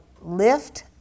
lift